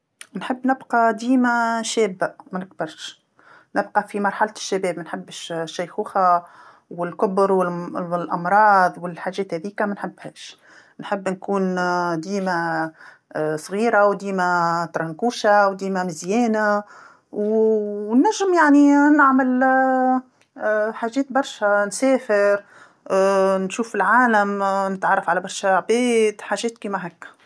نحب نبقى ديما شابه ما نكبرش، نبقى في مرحلة الشباب، ما نحبش الشيخوخه والكبر وال- الأمراض والحاجات هاذيكا مانحبهاش، نحب نكون ديما صغيره وديما طرنكوشه وديما مزيانه و ونجم يعني نعمل حاجات برشا نسافر، نشوف العالم، نتعرف على برشا عباد، حاجات كيما هكا.